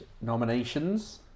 nominations